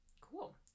Cool